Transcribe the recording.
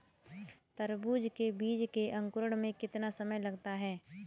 तरबूज के बीजों के अंकुरण में कितना समय लगता है?